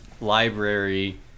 library